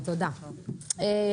ודרך אגב,